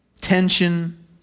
tension